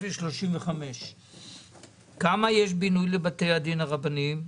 37035. כמה יש בינוי לבתי הדין הרבניים?